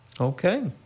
Okay